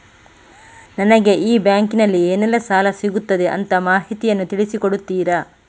ನನಗೆ ಈ ಬ್ಯಾಂಕಿನಲ್ಲಿ ಏನೆಲ್ಲಾ ಸಾಲ ಸಿಗುತ್ತದೆ ಅಂತ ಮಾಹಿತಿಯನ್ನು ತಿಳಿಸಿ ಕೊಡುತ್ತೀರಾ?